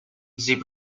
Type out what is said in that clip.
زیپ